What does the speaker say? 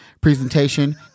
Presentation